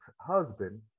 husband